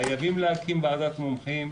חייבים להקים ועדת מומחים.